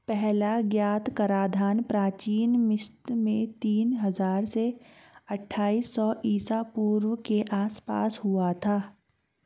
पहला ज्ञात कराधान प्राचीन मिस्र में तीन हजार से अट्ठाईस सौ ईसा पूर्व के आसपास हुआ था